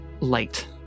light